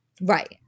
right